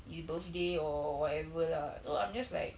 his birthday or whatever lah so I'm just like